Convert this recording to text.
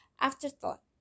afterthought